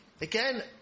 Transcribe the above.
Again